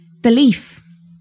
belief